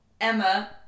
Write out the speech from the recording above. Emma